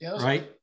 right